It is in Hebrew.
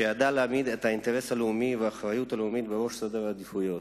שידעה להעמיד את האינטרס הלאומי והאחריות הלאומית בראש סדר העדיפויות